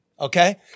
okay